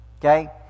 Okay